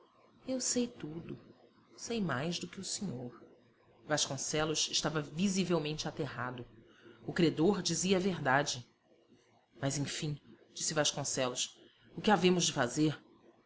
eu sei tudo sei mais do que o senhor vasconcelos estava visivelmente aterrado o credor dizia a verdade mas enfim disse vasconcelos o que havemos de fazer